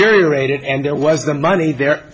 aerated and there was the money there